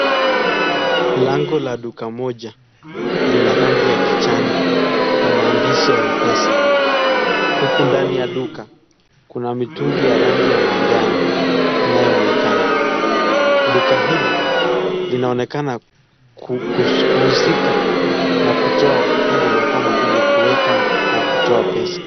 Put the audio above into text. Lango la duka moja lina rangi ya kijani na maandishi ya M-pesa. Huku ndani ya duka kuna mitungi ya rangi ya manjano inayoonekana. Duka hili linaonekana kuhusika na kutoa huduma kama vile kueka na kutoa pesa.